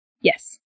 Yes